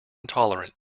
intolerant